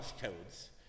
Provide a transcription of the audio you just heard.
codes